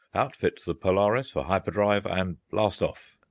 outfit the polaris for hyperdrive, and blast off!